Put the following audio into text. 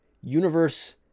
universe